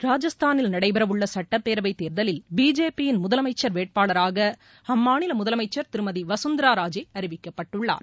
ராஜஸ்தானில் நடைபெறவுள்ள சட்டப்பேரவை தேர்தலில் பிஜேபியின் முதலமைச்சர் வேட்பாளராக அம்மாநில முதலமைச்சர் திருமதி வசுந்தரா ராஜே அறிவிக்கப்பட்டுள்ளார்